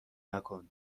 نکن